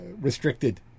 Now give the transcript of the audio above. restricted